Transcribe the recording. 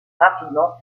rapidement